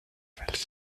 nouvelle